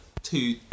Two